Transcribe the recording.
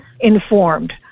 informed